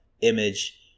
image